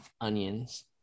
Onions